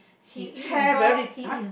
his hair very !huh!